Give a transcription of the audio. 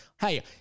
hey